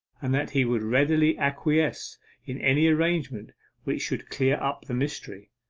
and that he would readily acquiesce in any arrangement which should clear up the mystery.